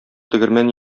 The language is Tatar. тегермән